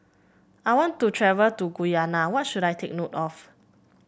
I want to travel to Guyana what should I take note of